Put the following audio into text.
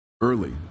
early